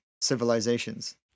civilizations